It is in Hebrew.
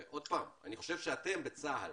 אני חושב שאתם בצה"ל